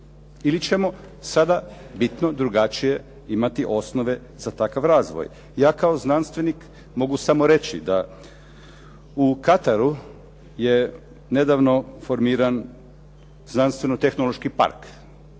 ili ćemo sada bitno drugačije imati osnove za takav razvoj. Ja kao znanstvenik mogu samo reći da u Kataru je nedavno formiran znanstveno-tehnološki park